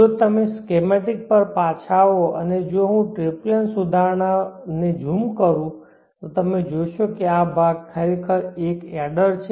જો તમે આ સ્કેમેટિક પર પાછા આવો અને જો હું ટ્રિપલેન સુધારણા ભાગ ને ઝૂમ કરું તો તમે જોશો કે આ ભાગ ખરેખર એક એડર છે